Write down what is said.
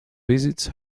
visits